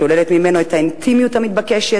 שוללת ממנו את האינטימיות המתבקשת,